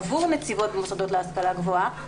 עבור נציבות מוסדות להשכלה גבוהה.